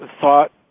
thought